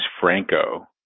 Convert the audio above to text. Franco